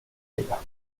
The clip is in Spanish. liga